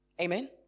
Amen